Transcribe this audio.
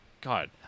God